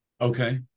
Okay